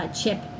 chip